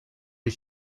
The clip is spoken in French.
les